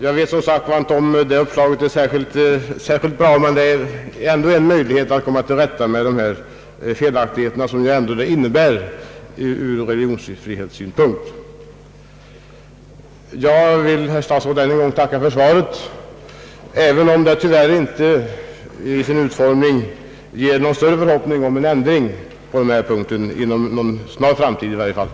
Jag vet som sagt inte om uppslaget är särskilt bra, men det skulle ändå innebära en möjlighet att komma till rätta med de felaktigheter som det nuvarande systemet innebär ur religionsfrihetssynpunkt. Jag vill än en gång tacka statsrådet för svaret, även om det tyvärr inte i sin utformning ger någon större förhoppning om en ändring på denna punkt, i varje fall inte inom en snar framtid.